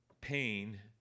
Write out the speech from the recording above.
pain